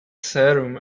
serum